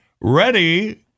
Ready